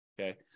okay